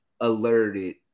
alerted